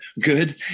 good